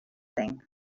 thing